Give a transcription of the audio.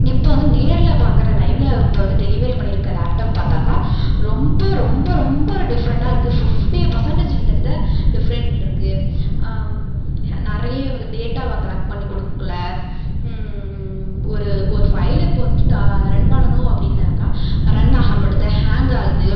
இப்போ வந்து நேர்ல பார்க்குற லைவ்ல இப்போ வந்து டெலிவரி பண்ணிருக்க லேப்டப் பார்த்தாக்கா ரொம்ப ரொம்ப ரொம்ப ஒரு டிஃப்ரண்டாக இருக்குது ஃபிஃப்டி பர்ஸண்டேஜ் கிட்டத்தட்ட டிஃப்ரெண்ட் இருக்குது நிறைய வந்து டேட்டாவை கலெக்ட் பண்ணி கொடுக்குல ஒரு ஒரு ஃபைல இப்போது வந்துட்டு ட ரன் பண்ணணும் அப்படின்னாக்கா ரன் ஆகமாட்டேது ஹேங் ஆகுது